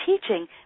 teaching